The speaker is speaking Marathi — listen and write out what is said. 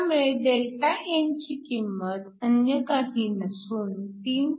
त्यामुळे Δn ची किंमत अन्य काही नसून 3